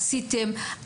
עשיתם,